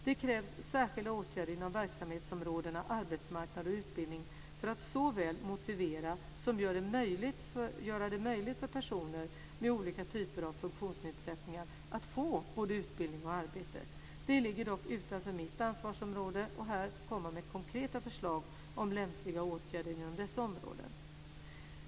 Det krävs särskilda åtgärder inom verksamhetsområdena arbetsmarknad och utbildning för att såväl motivera som göra det möjligt för personer med olika typer av funktionsnedsättningar att få både utbildning och arbete. Det ligger dock utanför mitt ansvarsområde att här komma med konkreta förslag om lämpliga åtgärder inom dessa områden.